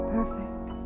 Perfect